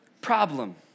problem